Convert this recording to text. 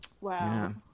wow